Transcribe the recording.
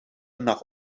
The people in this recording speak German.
nach